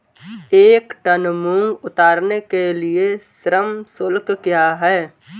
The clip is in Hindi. एक टन मूंग उतारने के लिए श्रम शुल्क क्या है?